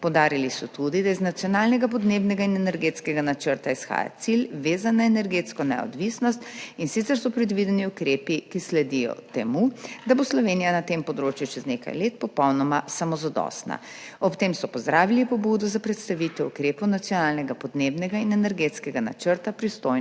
Poudarili so tudi, da iz Nacionalnega energetskega in podnebnega načrta izhaja cilj, vezan na energetsko neodvisnost, in sicer so predvideni ukrepi, ki sledijo temu, da bo Slovenija na tem področju čez nekaj let popolnoma samozadostna. Ob tem so pozdravili pobudo za predstavitev ukrepov Nacionalnega energetskega in podnebnega načrta pristojnemu